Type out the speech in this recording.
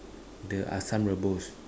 the asam rebus